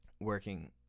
working